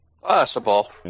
possible